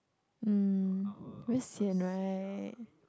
um very sian right